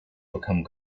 become